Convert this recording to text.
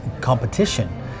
competition